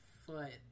foot